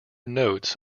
notes